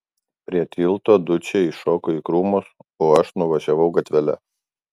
prie tilto dučė iššoko į krūmus o aš nuvažiavau gatvele